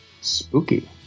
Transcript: Spooky